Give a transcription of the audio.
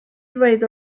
ddweud